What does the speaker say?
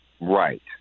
Right